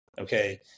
okay